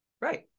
Right